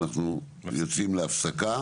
אנחנו יוצאים להפסקה